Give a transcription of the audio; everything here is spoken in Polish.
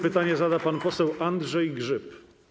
Pytanie zada pan poseł Andrzej Grzyb.